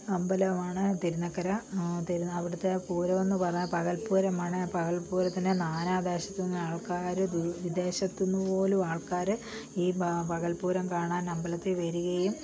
അമ്പലമാണ് തിരുനക്കര അവിടുത്തെ പൂരമെന്നു പറഞ്ഞാൽ പകൽപ്പൂരമാണ് പകൽപ്പൂരത്തിന് നാനാ ദേശത്തു നിന്ന് ആൾക്കാർ വിദേശത്തു നിന്നുപോലും ആൾക്കാർ ഈ പകൽപ്പൂരം കാണാൻ അമ്പലത്തിൽ വരികയും